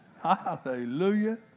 Hallelujah